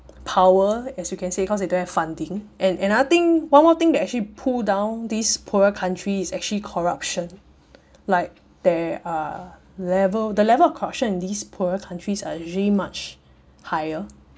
power as you can say cause they don't have funding and another thing one more thing that actually pull down these poorer countries is actually corruption like there are level the level of corruption in these poorer countries are usually much higher